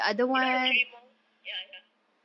you know the three malls ya ya